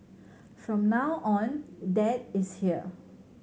from now on dad is here